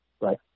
right